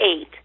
eight